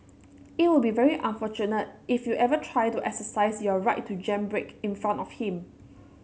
it will be very unfortunate if you ever try to exercise your right to jam brake in front of him